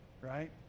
right